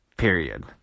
period